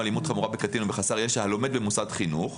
אלימות חמורה בקטין או בחסר ישע הלומד במוסד חינוך,